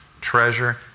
Treasure